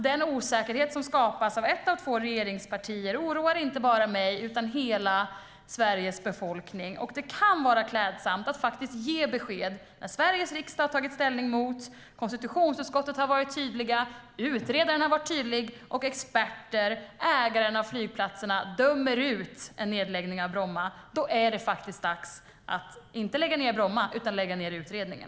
Den osäkerhet som skapas av ett av två regeringspartier oroar inte bara mig utan hela Sveriges befolkning. Det kan vara klädsamt att ge besked, när Sveriges riksdag har tagit ställning mot, konstitutionsutskottet har varit tydligt, utredaren har varit tydlig och experter och ägaren av flygplatserna dömer ut en nedläggning av Bromma. Då är det dags att inte lägga ned Bromma utan att lägga ned utredningen.